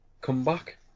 comeback